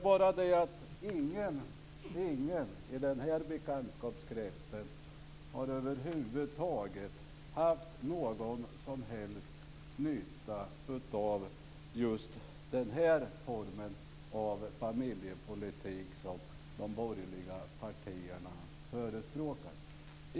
Men ingen i denna bekantskapskrets har över huvud taget haft någon som helst nytta av just den form av familjepolitik som de borgerliga partierna förespråkar.